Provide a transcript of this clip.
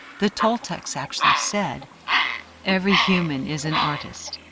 the toltecs actually said every human is an artist.